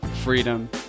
freedom